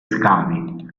scavi